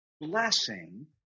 blessing